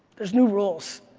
there's new rules.